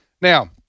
Now